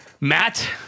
Matt